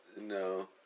No